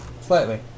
Slightly